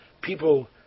people